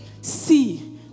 See